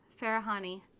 Farahani